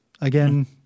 Again